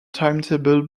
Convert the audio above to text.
timetable